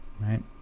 right